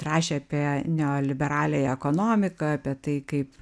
rašė apie neoliberaliąją ekonomiką apie tai kaip